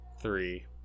Three